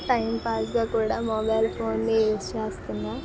time పాస్గా కూడా mobile ఫోన్ని యూజ్ చేస్తున్నా